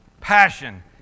passion